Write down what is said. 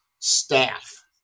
staff